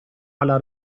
alla